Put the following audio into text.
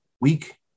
week